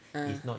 ah